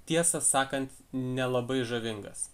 tiesą sakant nelabai žavingas